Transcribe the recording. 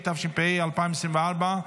התשפ"ה 2024,